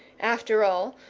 after all,